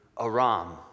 Aram